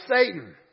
Satan